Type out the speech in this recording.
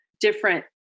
different